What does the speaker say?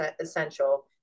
essential